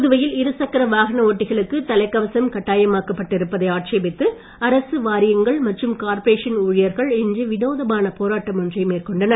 புதுவையில் இருசக்கர வாகன ஓட்டிகளுக்கு தலைக்கவசம் கட்டாயமாக்கப்பட்டு இருப்பதை ஆட்சேபித்து அரசு வாரியங்கள் மற்றும் கார்ப்பரேஷன் ஊழியர்கள் இன்று விநோதமான போராட்டம் ஒன்றை மேற்கொண்டனர்